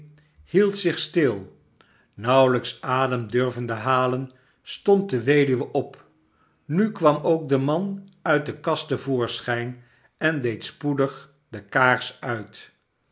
hield zich stil nauwelijks adem durvende halen stond de weduwe op nu kwam ook de man uit de kast te voorschijn en deed spoedig de kaars uit